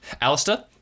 alistair